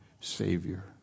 Savior